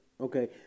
Okay